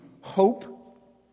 hope